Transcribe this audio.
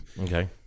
okay